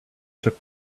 took